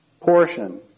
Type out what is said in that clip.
portion